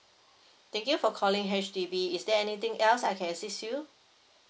thank you for calling H_D_B is there anything else I can assist you